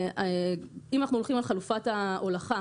אם אנחנו הולכים על חלופת ההולכה,